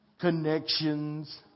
Connections